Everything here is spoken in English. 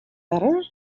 better